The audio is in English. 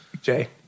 Jay